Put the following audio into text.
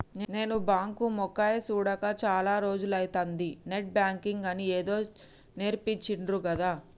నేను బాంకు మొకేయ్ సూడక చాల రోజులైతంది, నెట్ బాంకింగ్ అని ఏదో నేర్పించిండ్రు గదా